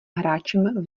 hráčem